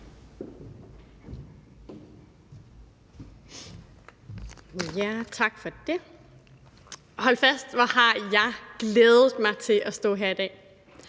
Hold fast, hvor har jeg glædet mig til at stå her i dag.